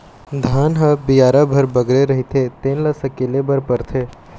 धान ह बियारा भर बगरे रहिथे तेन ल सकेले बर परथे